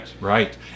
right